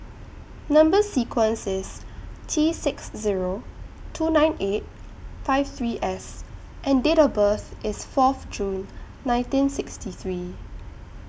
Number sequence IS T six Zero two nine eight five three S and Date of birth IS Fourth June nineteen sixty three